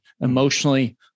emotionally